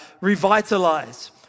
revitalize